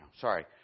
Sorry